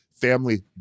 family